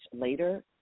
later